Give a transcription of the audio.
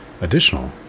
Additional